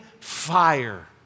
fire